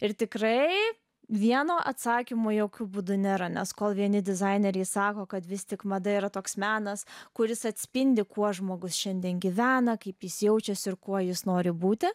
ir tikrai vieno atsakymo jokiu būdu nėra nes kol vieni dizaineriai sako kad vis tik mada yra toks menas kuris atspindi kuo žmogus šiandien gyvena kaip jis jaučiasi ir kuo jis nori būti